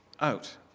out